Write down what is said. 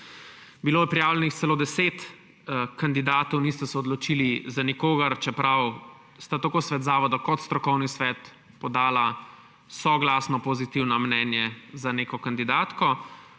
je bilo celo deset kandidatov, niste se odločili za nikogar, čeprav sta tako svet zavoda kot strokovni svet podala soglasno pozitivno mnenje za neko kandidatko.